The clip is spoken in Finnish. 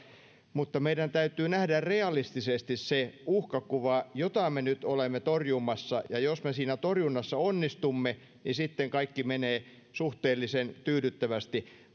mutta meidän täytyy nähdä realistisesti se uhkakuva jota me nyt olemme torjumassa ja jos me siinä torjunnassa onnistumme niin sitten kaikki menee suhteellisen tyydyttävästi